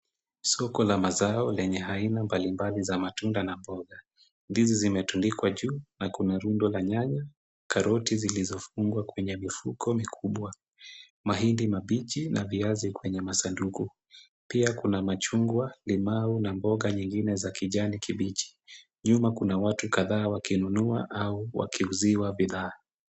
Soko la mazao lenye aina mbalimbali za matunda na mboga. Ndizi zimetundikwa juu, na kuna rundo la nyanya, karoti zilizofungwa kwenye mifuko mikubwa, mahindi mabichi na viazi kwenye masanduku. Pia kuna machungwa, limau na mboga nyingine za kijani kibichi. Nyuma kuna watu kadhaa wakinunua au wakiuziwa bidhaa.